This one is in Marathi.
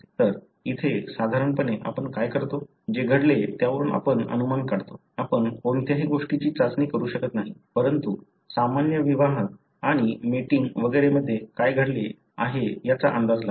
तर इथे साधारणपणे आपण काय करतो जे घडले त्यावरून आपण अनुमान काढतो आपण कोणत्याही गोष्टीची चाचणी करू शकत नाही परंतु सामान्य विवाह आणि मेटींग वगैरे मध्ये काय घडले आहे याचा अंदाज लावतो